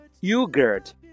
yogurt